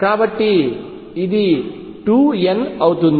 కాబట్టి ఇది 2 n అవుతుంది